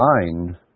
mind